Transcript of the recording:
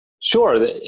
Sure